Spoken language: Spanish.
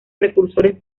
precursores